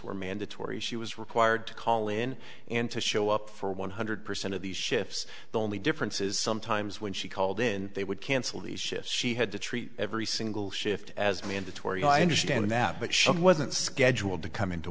were mandatory she was required to call in and to show up for one hundred percent of these shifts the only difference is sometimes when she called in they would cancel the shift she had to treat every single shift as mandatory i understand that but she wasn't scheduled to come into